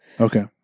Okay